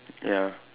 ya